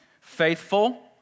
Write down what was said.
faithful